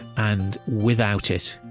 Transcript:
and without it,